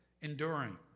enduring